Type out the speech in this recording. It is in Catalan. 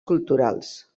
culturals